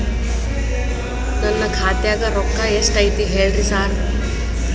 ನನ್ ಖಾತ್ಯಾಗ ರೊಕ್ಕಾ ಎಷ್ಟ್ ಐತಿ ಹೇಳ್ರಿ ಸಾರ್?